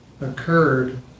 occurred